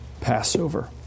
Passover